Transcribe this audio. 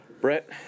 Brett